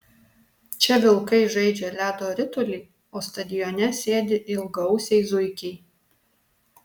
čia vilkai žaidžia ledo ritulį o stadione sėdi ilgaausiai zuikiai